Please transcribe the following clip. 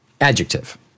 Adjective